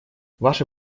ваше